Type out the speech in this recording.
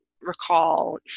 recall